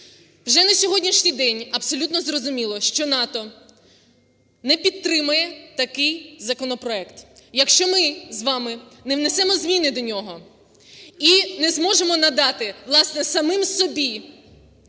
Вже на сьогоднішній день абсолютно зрозуміло, що НАТО не підтримає такий законопроект, якщо ми з вами не внесемо зміни до нього і не зможемо надати, власне, самим собі